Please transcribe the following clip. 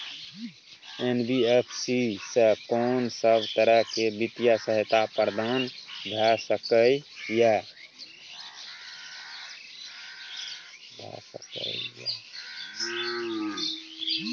NBFC स कोन सब तरह के वित्तीय सहायता प्रदान भ सके इ? इ